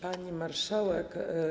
Pani Marszałek!